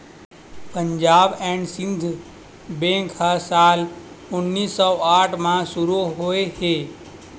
Punjab and Sind bank ह साल उन्नीस सौ आठ म शुरू होए हे